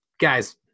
guys